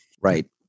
right